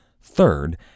Third